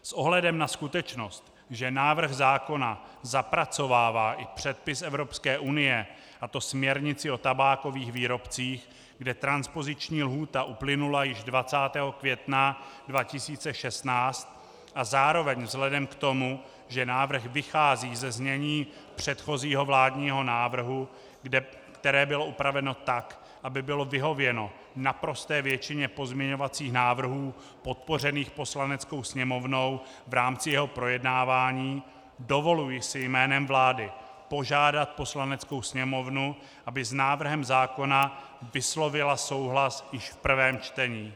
S ohledem na skutečnost, že návrh zákona zapracovává i předpis Evropské unie, a to směrnici o tabákových výrobcích, kde transpoziční lhůta uplynula již 20. května 2016, a zároveň vzhledem k tomu, že návrh vychází ze znění předchozího vládního návrhu, které bylo upraveno tak, aby bylo vyhověno naprosté většině pozměňovacích návrhů podpořených Poslaneckou sněmovnou v rámci jeho projednávání, dovoluji si jménem vlády požádat Poslaneckou sněmovnu, aby s návrhem zákona vyslovila souhlas již v prvém čtení.